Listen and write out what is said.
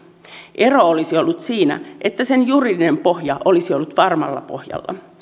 ero olisi ollut siinä että sen juridinen pohja olisi ollut varmalla pohjalla